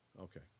okay